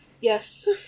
Yes